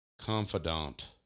confidant